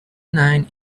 nine